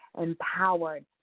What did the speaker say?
empowered